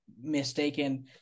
mistaken